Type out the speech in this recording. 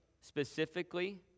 specifically